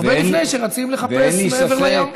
הרבה לפני שרצים לחפש מעבר לים.